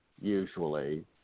usually